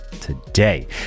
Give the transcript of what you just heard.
today